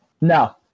No